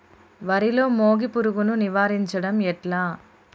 వరిలో మోగి పురుగును నివారించడం ఎట్లా?